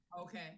Okay